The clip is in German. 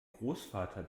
großvater